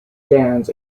stands